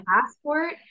passport